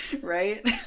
right